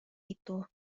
itu